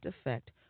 effect